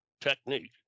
technique